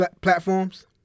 platforms